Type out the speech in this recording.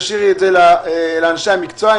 תשאירי את זה לאנשי המקצוע,